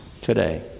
today